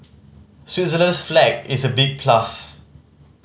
Switzerland's flag is a big plus